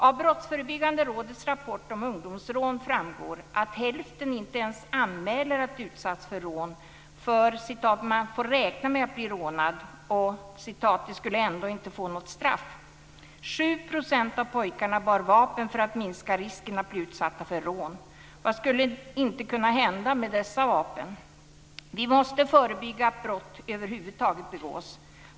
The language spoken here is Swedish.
Av Brottsförebyggande rådets rapport om ungdomsrån framgår att hälften inte ens anmäler att de utsatts för rån, för "man får räkna med att bli rånad" och de "skulle ändå inte få något straff". 7 % av pojkarna bär vapen för att minska risken att bli utsatta för rån. Vad skulle inte kunna hända med dessa vapen? Vi måste förebygga att brott över huvud taget begås.